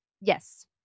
Yes